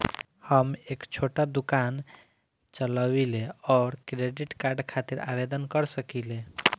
हम एक छोटा दुकान चलवइले और क्रेडिट कार्ड खातिर आवेदन कर सकिले?